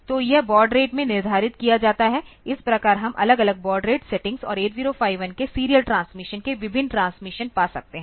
तो यह baud rate में निर्धारित किया जाता है इस प्रकार हम अलग अलग बॉड रेट सेटिंग्स और 8051 के सीरियल ट्रांसमिशन के विभिन्न ट्रांसमिशन पा सकते है